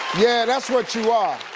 yeah that's what you are.